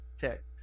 text